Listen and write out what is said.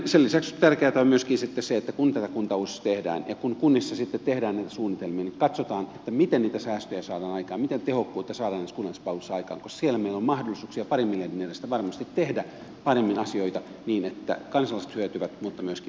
sen lisäksi tärkeätä on myöskin se että kun tätä kuntauudistusta tehdään ja kun kunnissa sitten tehdään näitä suunnitelmia niin katsotaan miten niitä säästöjä saadaan aikaan miten tehokkuutta saadaan niissä kunnallispalveluissa aikaan koska siellä meillä on mahdollisuuksia parin miljardin edestä varmasti tehdä paremmin asioita niin että kansalaiset hyötyvät mutta myöskin veronmaksaja hyötyy